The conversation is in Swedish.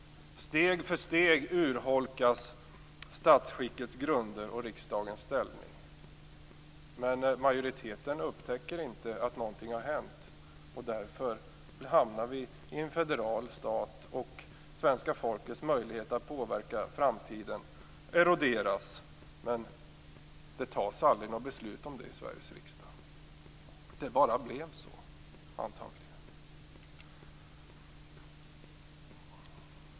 Steg för steg urholkas statsskickets grunder och riksdagens ställning. Men majoriteten upptäcker inte att någonting har hänt, därför hamnar vi i en federal stat och svenska folkets möjlighet att påverka framtiden eroderas. Men det fattas aldrig något beslut om det i Sveriges riksdag. Det bara blev så, antagligen.